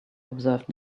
observed